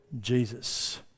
Jesus